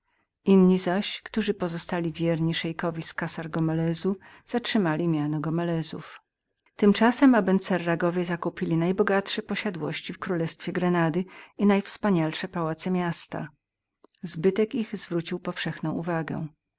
inni zaś którzy pozostali wiernymi szeikowi z kassargomelez zatrzymali miano gomelezów tymczasem abenseragi zakupili najbogatsze posiadłości w królestwie grenady i najwspanialsze pałace miasta zbytek ich zwrócił powszechną uwagę